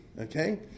okay